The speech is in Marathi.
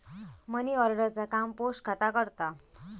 मनीऑर्डर चा काम पोस्ट खाता करता